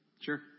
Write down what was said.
Sure